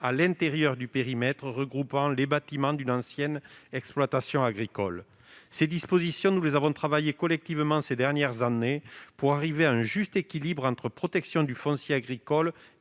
à l'intérieur du périmètre regroupant les bâtiments d'une ancienne exploitation agricole ». Ces dispositions, nous les avons travaillées collectivement au cours des dernières années, pour arriver à un juste équilibre entre, d'une part, la protection du foncier agricole